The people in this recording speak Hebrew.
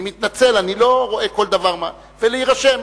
אני מתנצל, אני לא רואה כל דבר, ולהירשם.